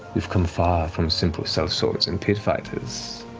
you've come far from simple sell-swords and pit fighters.